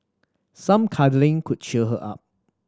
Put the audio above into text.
some cuddling could cheer her up